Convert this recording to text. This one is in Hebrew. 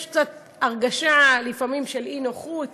יש לפעמים קצת הרגשה של אי-נוחות,